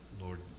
Lord